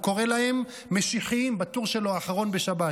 הוא קורא להם "משיחיים" בטור האחרון שלו בשבת.